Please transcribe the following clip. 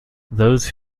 those